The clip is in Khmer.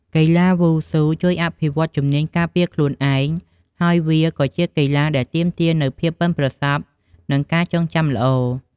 កីឡាវ៉ូស៊ូជួយអភិវឌ្ឍជំនាញការពារខ្លួនឯង ហើយវាក៏ជាកីឡាដែលទាមទារនូវភាពប៉ិនប្រសប់ និងការចងចាំល្អ។